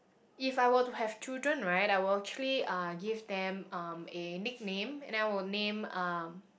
if I were to have children right I will actually uh give them um a nickname and then I will name um